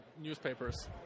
newspapers